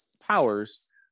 powers